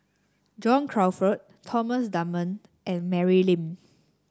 John Crawfurd Thomas Dunman and Mary Lim